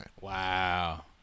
Wow